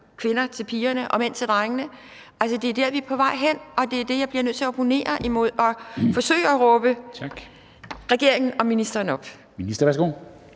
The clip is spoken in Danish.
kvinder til pigerne og mænd til drengene. Altså, det er dér, vi er på vej hen. Og det er det, jeg bliver nødt til at opponere imod og forsøge at råbe ministeren og regeringen